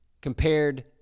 compared